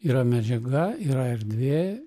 yra medžiaga yra erdvė